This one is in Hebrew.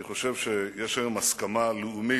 אני חושב שיש היום הסכמה לאומית,